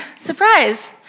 Surprise